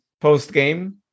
post-game